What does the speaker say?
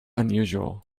unusual